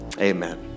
Amen